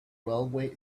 railway